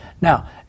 Now